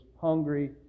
hungry